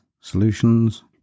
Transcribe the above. Solutions